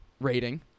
rating